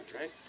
right